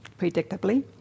predictably